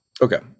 Okay